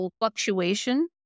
fluctuation